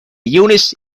eunice